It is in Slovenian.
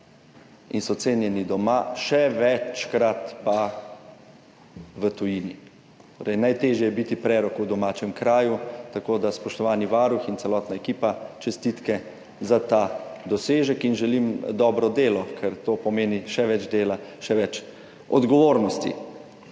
in so cenjeni doma, še večkrat pa v tujini. Torej, najtežje je biti prerok v domačem kraju, tako da, spoštovani varuh in celotna ekipa, čestitke za ta dosežek. Želim vam dobro delo, ker to pomeni še več dela, še več odgovornosti.